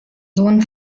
sohn